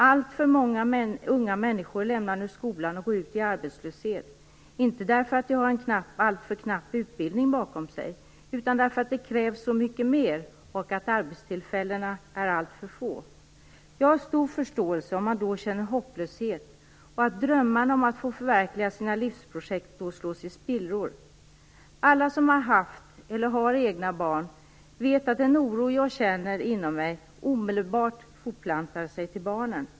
Alltför många unga människor lämnar nu skolan och går ut i arbetslöshet, inte därför att de har en alltför knapp utbildning bakom sig utan därför att det krävs så mycket mer och att arbetstillfällena är alltför få. Jag har stor förståelse för att man då känner hopplöshet och att drömmarna om att få förverkliga sina livsprojekt då slås i spillror. Alla som har egna barn vet att den oro jag känner inom mig omedelbart fortplantar sig till barnen.